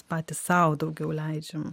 patys sau daugiau leidžiam